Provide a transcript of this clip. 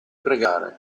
pregare